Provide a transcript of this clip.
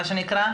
כפי שזה נקרא,